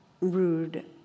rude